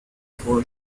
for